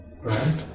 right